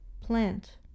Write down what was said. plant